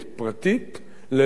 ללא הסכמת בעליה.